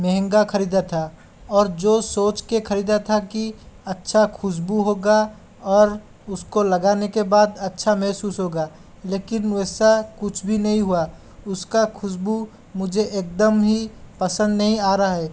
महंगा ख़रीदा था और जो सोच कर ख़रीदा था कि अच्छा ख़ुशबू होगा और उसको लगाने के बाद अच्छा महसूस होगा लेकिन वैसा कुछ भी नहीं हुआ उसका ख़ुशबू मुझे एक दम ही पसंद नहीं आ रहा है